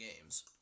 games